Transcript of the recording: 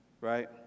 right